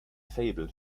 faible